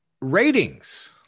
Ratings